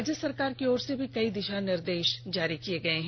राज्य सरकार की ओर से भी कई दिषा निर्देष जारी किये गये हैं